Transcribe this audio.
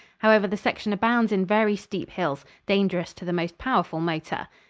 however, the section abounds in very steep hills, dangerous to the most powerful motor.